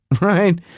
right